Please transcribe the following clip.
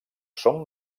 són